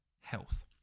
health